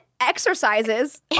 exercises